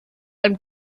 einen